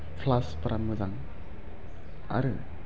प्लास बिराद मोजां आरो